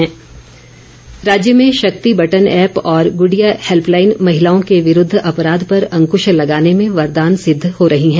helpline राज्य में Shakti button app और गुड़िया हैल्पलाइन महिलाओं के विरूद्व अपराध पर अंकुश लगाने में वरदान सिद्ध हो रही है